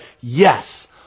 yes